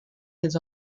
his